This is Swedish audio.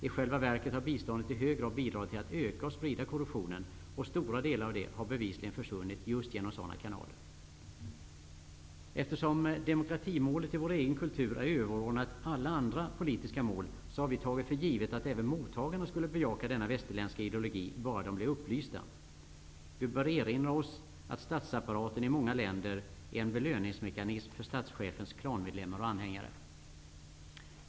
I själva verket har biståndet i hög grad bidragit till att öka och sprida korruptionen, och stora delar av det har bevisligen försvunnit just genom sådana kanaler. Eftersom demokratimålet i vår egen kultur är överordnat alla andra politiska mål har vi tagit för givet att även mottagarna skulle bejaka denna västerländska ideologi -- bara de blev upplysta. Vi bör erinra oss att statsapparaten i många länder är en belöningsmekanism för statschefens klanmedlemmar och anhängare.